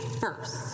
first